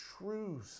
true